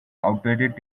outdated